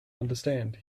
understand